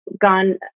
gone